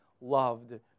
loved